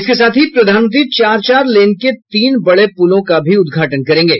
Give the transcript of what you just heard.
इसके साथ ही प्रधानमंत्री चार चार लेन के तीन बड़े पुलों का भी उद्घाटन करेंगे